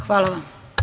Hvala vam.